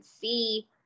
see